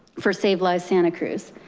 for save lives santa cruz.